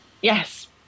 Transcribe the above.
Yes